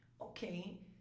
okay